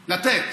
לתת.